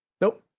Nope